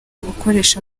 akoresha